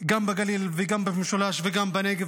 גם בגליל וגם במשולש וגם בנגב.